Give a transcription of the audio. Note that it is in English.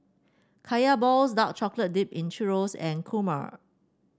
Kaya Balls dark chocolate dip in churro and kurma